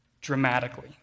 dramatically